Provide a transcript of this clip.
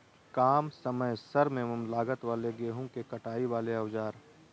काम समय श्रम एवं लागत वाले गेहूं के कटाई वाले औजार?